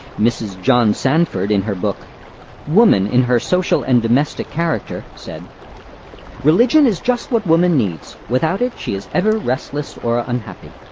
mrs. john sandford, in her book woman, in her social and domestic character, said religion is just what woman needs. without it she is ever restless or unhappy.